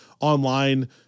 online